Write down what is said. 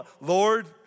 Lord